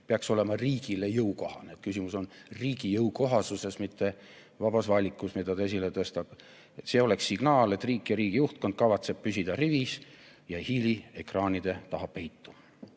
peaks olema riigile jõukohane." Küsimus on riigi jõukohasuses, mida ta esile tõstab, mitte vabas valikus. See oleks signaal, et riik ja riigi juhtkond kavatseb püsida rivis ja ei hiili ekraanide taha peitu.